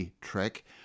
trick